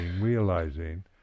realizing